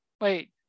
Wait